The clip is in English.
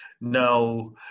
Now